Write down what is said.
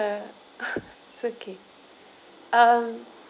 it's okay um